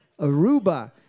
Aruba